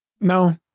No